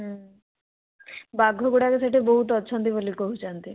ବାଘ ଗୁଡ଼ାକ ସେଠି ବହୁତ ଅଛନ୍ତି ବୋଲି କହୁଛନ୍ତି